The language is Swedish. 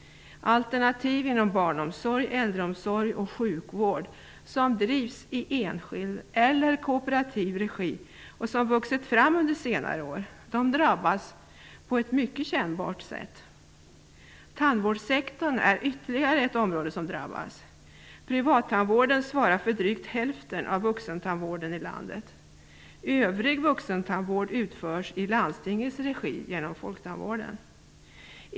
Alternativ inom barnomsorg, äldreomsorg och sjukvård, som drivs i enskild eller kooperativ regi och som vuxit fram under senare år, drabbas på ett mycket kännbart sätt. Tandvårdssektorn är ytterligare ett område som drabbas. Privattandvården svarar för drygt hälften av vuxentandvården i landet. Övrig vuxentandvård utförs i landstingens regi genom folktandvården.